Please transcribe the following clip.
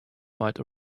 might